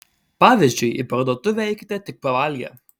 pavyzdžiui į parduotuvę eikite tik pavalgę